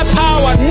power